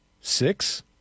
Six